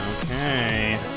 Okay